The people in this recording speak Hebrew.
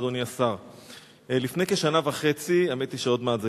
נפרץ בית-הכנסת